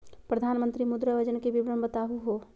प्रधानमंत्री मुद्रा योजना के विवरण बताहु हो?